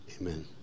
Amen